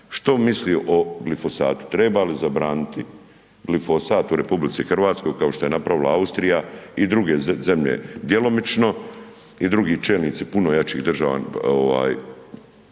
što misli o glifosatu, treba li zabraniti glifosat u RH kao što je napravila Austrija i druge zemlje djelomično i drugi čelnici puno jačih država